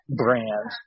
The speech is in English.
brand